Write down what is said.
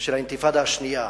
של האינתיפאדה השנייה,